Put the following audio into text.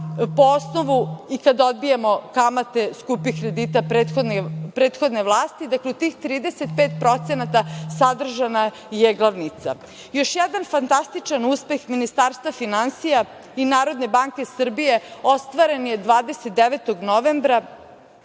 po osnovu i kad odbijemo kamate skupih kredita prethodne vlasti, dakle, u tih 35% sadržana je glavnica. Još jedan fantastičan uspeh Ministarstva finansija i Narodne banke Srbije ostvaren je 29. januara,